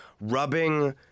rubbing